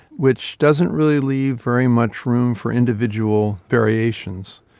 which doesn't really leave very much room for individual variations,